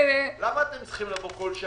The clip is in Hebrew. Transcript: למה אתם צריכים לבוא בכל שנה?